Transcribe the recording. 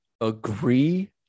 agree